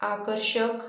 आकर्षक